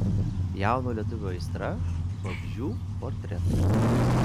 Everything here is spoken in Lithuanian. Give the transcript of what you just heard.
jauno lietuvio aistra vabzdžių portretai